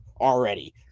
Already